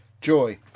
joy